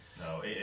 No